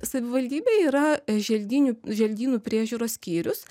savivaldybėj yra želdynių želdynų priežiūros skyrius